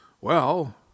Well